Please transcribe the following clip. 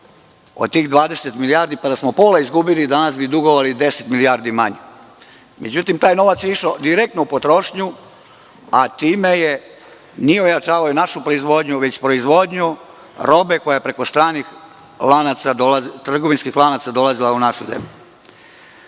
od tih 20 milijardi, pa da smo pola izgubili, danas bi dugovali deset milijardi manje. Međutim, taj novac je išao direktno u potrošnju, a time nije ojačavao našu proizvodnju, već proizvodnju robe koja preko stranih trgovinskih lanaca dolazila u našu zemlju. Stanje